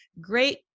great